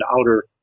outer